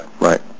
right